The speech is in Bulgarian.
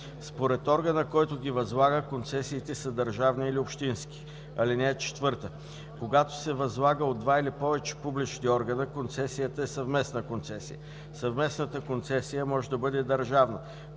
Според органа, който ги възлага, концесиите са държавни или общински. (4) Когато се възлага от два или повече публични органа, концесията е съвместна концесия. Съвместната концесия може да бъде държавна